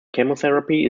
chemotherapy